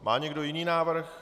Má někdo jiný návrh?